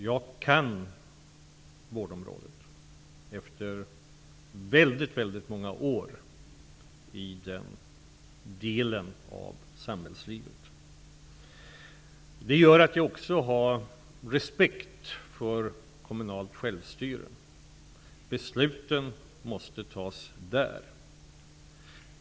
Jag kan vårdområdet efter väldigt många år i den delen av samhällslivet. Det gör att jag också har respekt för kommunalt självstyre. Besluten måste fattas där.